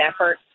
effort